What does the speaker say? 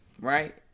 Right